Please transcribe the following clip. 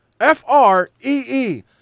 F-R-E-E